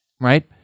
right